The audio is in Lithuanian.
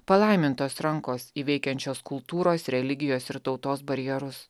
palaimintos rankos įveikiančios kultūros religijos ir tautos barjerus